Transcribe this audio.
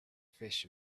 fish